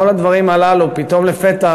כל הדברים הללו לפתע